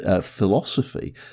philosophy